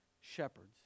shepherds